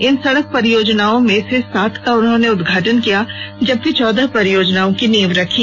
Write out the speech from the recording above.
इन सड़क परियोजनाओं में से सात का उन्होंने उद्घाटन किया जबकि चौदह परियोजनाओं की नींव रखी